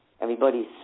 everybody's